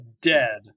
Dead